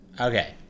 okay